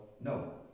no